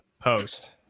post